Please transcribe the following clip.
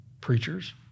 preachers